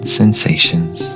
sensations